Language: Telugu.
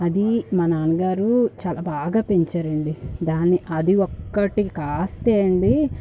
అది మా నాన్నగారు చాలా బాగా పెంచారండి దాన్ని అది ఒకటి కాస్తే అండి